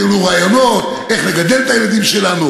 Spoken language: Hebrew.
נותנים לנו רעיונות איך לגדל את הילדים שלנו,